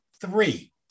three